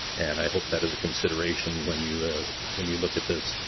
and i hope that is a consideration when you when you look at this.